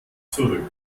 zurück